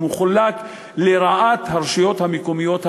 הוא מחולק לרעת הרשויות המקומיות החלשות,